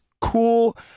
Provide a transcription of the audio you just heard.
cool